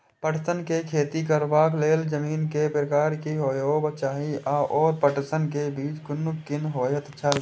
पटसन के खेती करबाक लेल जमीन के प्रकार की होबेय चाही आओर पटसन के बीज कुन निक होऐत छल?